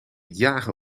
jagen